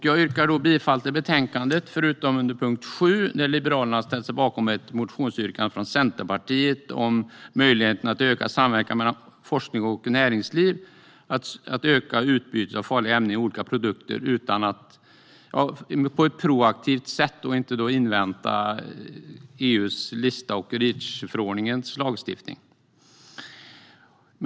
Jag yrkar bifall till förslaget i betänkandet förutom under punkt 7, där Liberalerna har ställt sig bakom ett motionsyrkande från Centerpartiet om möjligheten att öka samverkan mellan forskning och näringsliv och att öka utbytet av farliga ämnen i olika produkter på ett proaktivt sätt i stället för att invänta EU:s lista och Reachförordningens lagstiftning.